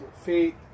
feet